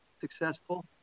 successful